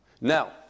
Now